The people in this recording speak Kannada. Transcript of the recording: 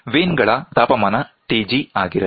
ವೇನ್ ಗಳ ತಾಪಮಾನ Tg ಆಗಿರಲಿ